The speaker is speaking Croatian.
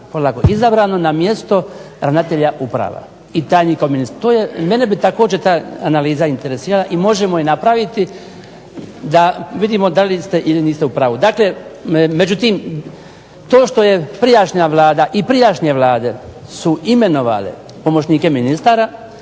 izabrano na mjesto ravnatelja uprava i tajnika u ministarstvu. To je, i mene bi također ta analiza interesirala i možemo je napraviti da vidimo da li ste ili niste u pravu. Dakle, međutim, to što je prijašnja Vlada i prijašnje vlade su imenovale pomoćnike ministara